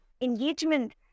engagement